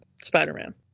Spider-Man